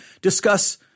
discuss